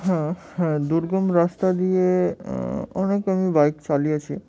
হ্যাঁ হ্যাঁ দুর্গম রাস্তা দিয়ে অনেক আমি বাইক চালিয়েছি